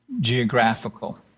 geographical